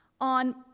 on